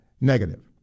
negative